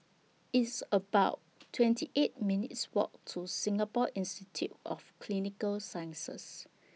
It's about twenty eight minutes' Walk to Singapore Institute of Clinical Sciences